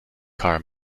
car